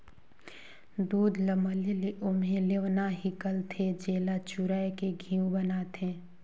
दूद ल मले ले ओम्हे लेवना हिकलथे, जेला चुरायके घींव बनाथे